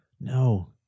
No